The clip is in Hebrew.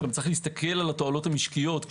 צריך להסתכל על התועלות המשקיות.